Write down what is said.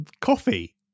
coffee